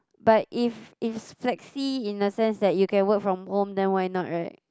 but if if flexi in the sense that you can work from home then why not right